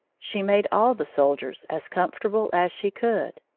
she made all the soldiers as comfortable as she could.